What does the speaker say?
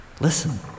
Listen